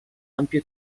ampie